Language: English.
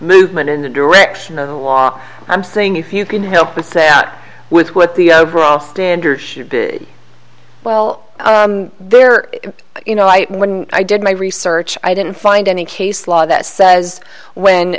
movement in the direction of the law i'm saying if you can help with that with what the overall standard should be well there you know i when i did my research i didn't find any case law that says when